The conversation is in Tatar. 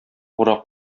урак